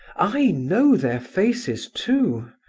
i know their faces, too,